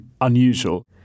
unusual